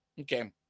okay